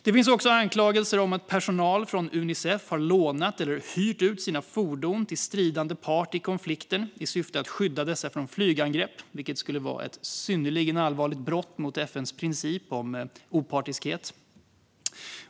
Det finns också anklagelser om att personal från Unicef har lånat eller hyrt ut sina fordon till stridande part i konflikten i syfte att skydda dessa från flygangrepp, vilket skulle vara ett synnerligen allvarligt brott mot FN:s princip om opartiskhet.